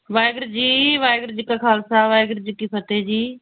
ਵਾਹਿਗੁਰੂ ਜੀ ਵਾਹਿਗੁਰੂ ਜੀ ਕਾ ਖਾਲਸਾ ਵਾਹਿਗੁਰੂ ਜੀ ਕੀ ਫਤਿਹ ਜੀ